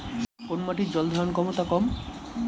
কোন মাটির জল ধারণ ক্ষমতা কম?